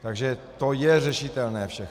Takže to je řešitelné všechno.